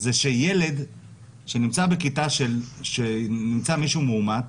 זה שילד שנמצא בכיתה עם מישהו מאומת,